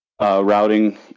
routing